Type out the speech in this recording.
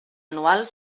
anual